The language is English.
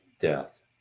death